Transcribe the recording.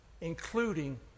including